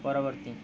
ପରବର୍ତ୍ତୀ